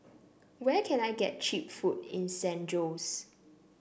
where can I get cheap food in San Jose